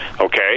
Okay